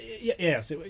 yes